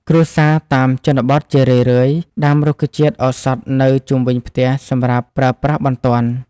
គ្រួសារតាមជនបទជារឿយៗដាំរុក្ខជាតិឱសថនៅជុំវិញផ្ទះសម្រាប់ប្រើប្រាស់បន្ទាន់។